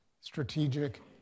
strategic